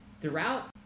throughout